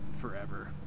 forever